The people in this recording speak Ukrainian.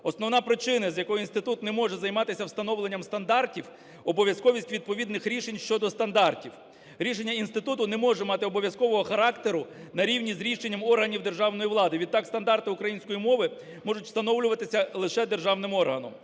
Основна причина, з якої інститут не може займатися встановленням стандартів, - обов'язковість відповідних рішень щодо стандартів. Рішення інституту не може мати обов'язкового характеру на рівні з рішенням органів державної влади. Відтак стандарти української мови можуть встановлюватися лише державним органом.